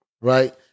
right